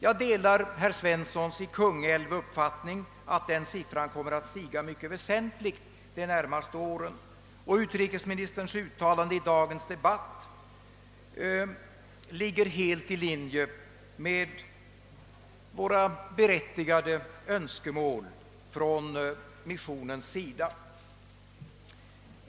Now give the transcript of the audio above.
Jag delar herr Svenssons i Kungälv uppfattning att den siffran kommer att stiga mycket väsentligt de närmaste åren. Utrikesministerns uttalande i dagens debatt ligger helt i linje med våra berättigade önskemål på missionens sida.